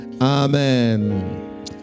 Amen